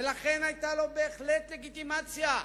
ולכן היתה לו בהחלט לגיטימציה.